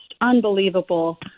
unbelievable